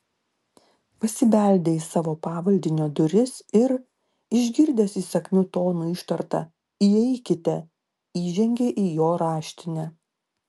pasibeldė į savo pavaldinio duris ir išgirdęs įsakmiu tonu ištartą įeikite įžengė į jo raštinę